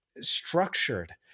structured